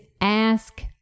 ask